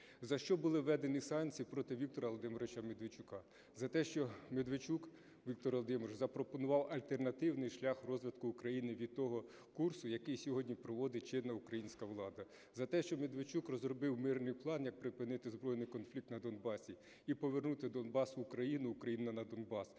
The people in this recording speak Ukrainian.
За що були введені санкції проти Віктора Володимировича Медведчука? За те, що Медведчук Віктор Володимирович запропонував альтернативний шлях розвитку України від того курсу, який сьогодні проводить чинна українська влада. За те, що Медведчук розробив мирний план, як припинити збройний конфлікт на Донбасі і повернути Донбас в Україну, а Україну - на Донбас,